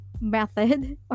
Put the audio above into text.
method